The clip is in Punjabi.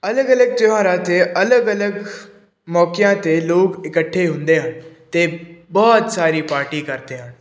ਅਲੱਗ ਅਲੱਗ ਤਿਉਹਾਰਾਂ 'ਤੇ ਅਲੱਗ ਅਲੱਗ ਮੌਕਿਆਂ 'ਤੇ ਲੋਕ ਇਕੱਠੇ ਹੁੰਦੇ ਆ ਅਤੇ ਬਹੁਤ ਸਾਰੀ ਪਾਰਟੀ ਕਰਦੇ ਹਨ